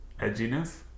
edginess